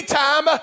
time